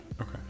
Okay